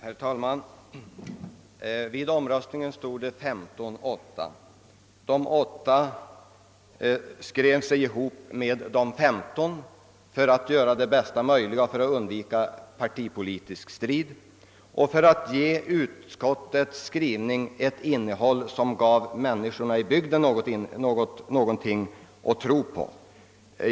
Herr talman! Vid omröstningen stod 15 röster mot 8. De 8 enade sig med de 15 för att på bästa möjliga sätt undvika partipolitisk strid och för att ge utskottets skrivning ett innehåll som gav människorna i bygden något att tro på.